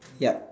ya